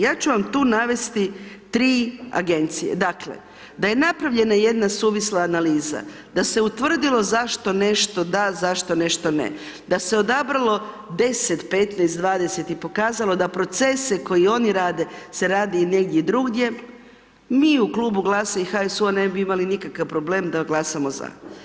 Ja ću vam tu navesti tri agencije, dakle da je napravljena jedna suvisla analiza, da se utvrdilo zašto nešto da, zašto nešto ne, da se odabralo 10, 15, 20 i pokazalo da procese koji oni rade se radi i negdje drugdje mi u Klubu GLAS-a i HSU-a ne bi imali nikakav problem da glasamo za.